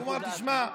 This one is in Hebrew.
הוא אמר לי: תשמע,